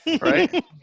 Right